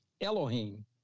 Elohim